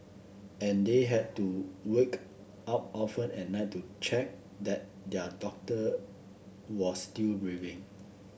and they had to wake up often at night to check that their doctor were still breathing